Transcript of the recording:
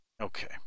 Okay